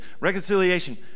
Reconciliation